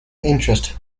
interest